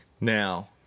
Now